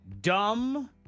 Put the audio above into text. dumb